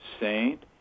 saint